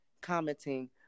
commenting